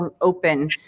open